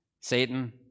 Satan